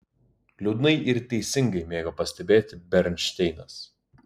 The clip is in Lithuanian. liūdnai ir teisingai mėgo pastebėti bernšteinas